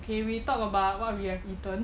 okay we talk about what we have eaten